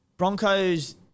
Broncos